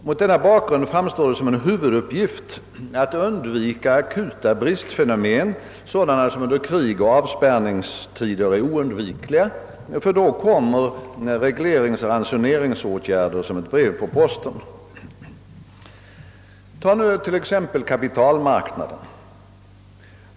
Mot denna bakgrund framstår det som en huvuduppgift att undvika akuta bristfenomen, sådana som under krig och avspärrningstider är oundvikliga, ty då kommer regleringsoch ransoneringsåtgärder som ett brev på posten. Ta t.ex. kapitalmarknaden!